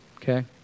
Okay